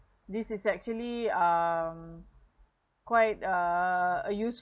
this is actually um quite uh useful